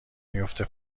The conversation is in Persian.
میفته